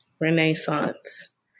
Renaissance